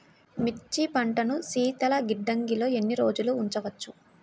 మిర్చి పంటను శీతల గిడ్డంగిలో ఎన్ని రోజులు ఉంచవచ్చు?